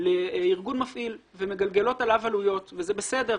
לארגון מפעיל ומגלגלות אליו עלויות וזה בסדר.